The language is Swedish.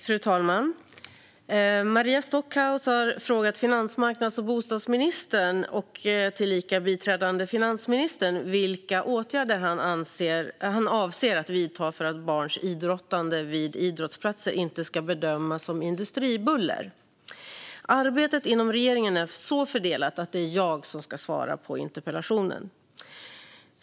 Fru talman! Maria Stockhaus har frågat finansmarknads och bostadsministern, tillika biträdande finansministern, vilka åtgärder han avser att vidta för att barns idrottande vid idrottsplatser inte ska bedömas som industribuller. Arbetet inom regeringen är så fördelat att det är jag som ska svara på interpellationen.